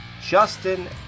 Justin